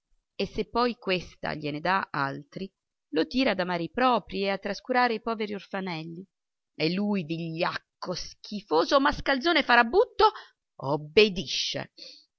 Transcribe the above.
e se poi questa gliene dà altri lo tira ad amare i proprii e a trascurare i poveri orfanelli e lui vigliacco schifoso mascalzone farabutto obbedisce